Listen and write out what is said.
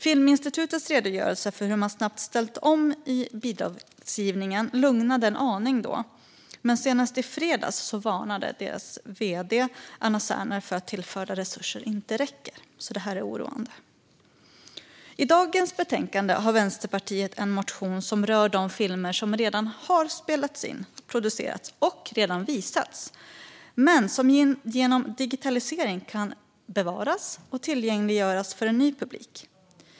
Filminstitutets redogörelse för hur man snabbt ställt om bidragsgivningen lugnade en aning då, men senast i fredags varnade dess vd Anna Serner för att tillförda resurser inte räcker, så det här är oroande. I dagens betänkande har Vänsterpartiet en motion som rör de filmer som redan har spelats in, producerats och visats men som genom digitalisering kan bevaras och tillgängliggöras för en ny publik.